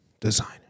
Designer